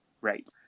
right